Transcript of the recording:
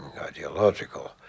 ideological